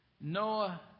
Noah